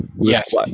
Yes